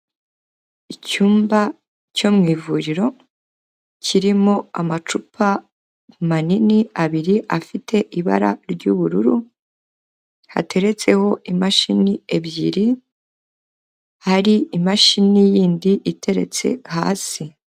Icyumba cyo mu ivuriro kirimo amacupa manini abiri afite ibara ry'ubururu, hateretseho imashini ebyiri hari imashini yindi iteretse hasi.